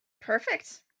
Perfect